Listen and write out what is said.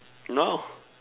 no